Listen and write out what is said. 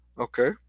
Okay